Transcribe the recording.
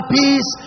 peace